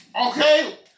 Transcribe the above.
Okay